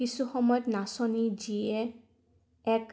কিছু সময়ত নাচনি যিয়ে এক